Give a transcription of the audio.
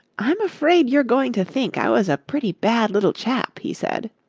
i'm afraid you're going to think i was a pretty bad little chap, he said.